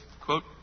quote